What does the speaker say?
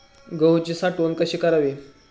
गहूची साठवण कशी करावी?